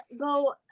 go